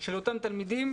של אותם תלמידים.